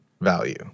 value